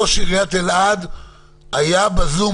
ושיתוף ראש העיר יבוא בתקנות בצורה נכונה,